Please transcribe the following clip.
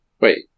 Wait